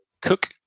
Cook